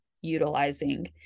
utilizing